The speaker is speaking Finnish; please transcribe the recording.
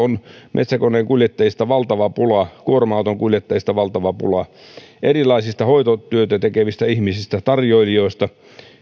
metsäkoneenkuljettajista on valtava pula kuorma autonkuljettajista valtava pula erilaisista hoitotyötä tekevistä ihmisistä tarjoilijoista